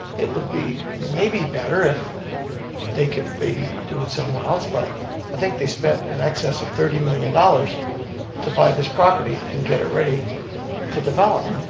it would be maybe better if they could maybe do it somewhere else, but i think they spent in excess of thirty million dollars to buy this property and get it ready to develop.